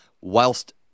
whilst